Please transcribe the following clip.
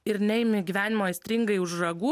ir neimi gyvenimo aistringai už ragų